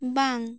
ᱵᱟᱝ